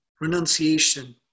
renunciation